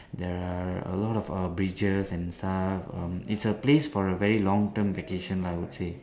there are a lot of err bridges and stuff um it's a place for a very long term vacation lah I would say